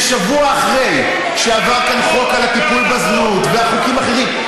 זה שבוע אחרי שעבר כאן חוק על הטיפול בזנות וחוקים אחרים,